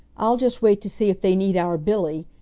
i'll just wait to see if they need our billy,